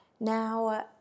Now